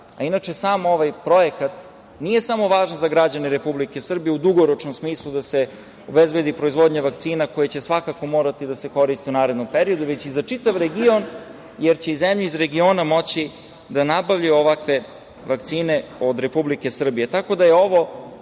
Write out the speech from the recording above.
radi. Sam ovaj projekat nije samo važan za građane Republike Srbije u dugoročnom smislu da se obezbedi proizvodnja vakcina koje će svakako morati da se koriste u narednom periodu, već i za čitav region, jer će i zemlje iz regiona moći da nabavljaju ovakve vakcine od Republike Srbije. Tako